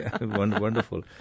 wonderful